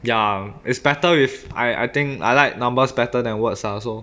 ya it's better if I I think I like numbers better than words lah so